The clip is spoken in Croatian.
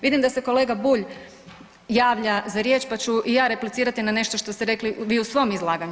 Vidim da se kolega Bulj javlja za riječ, pa ću i ja replicirati na nešto što ste rekli vi u svom izlaganju.